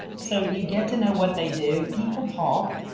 so you get to know what they do. people talk,